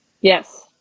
Yes